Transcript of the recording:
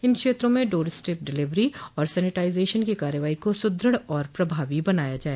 इन क्षेत्रों में door step delivery और सेनिटाइजेशन की कार्रवाई को सुदृढ़ एवं प्रभावी बनाया जाए